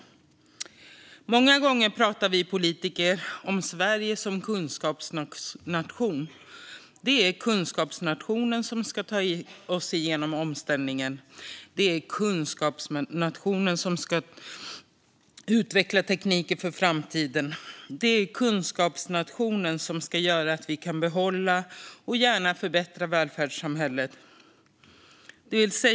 Många gånger pratar vi politiker om Sverige som kunskapsnation. Det är kunskapsnationen som ska ta oss igenom omställningen. Det är kunskapsnationen som ska utveckla tekniker för framtiden. Det är kunskapsnationen som ska göra att vi kan behålla och gärna förbättra välfärdssamhället.